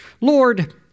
Lord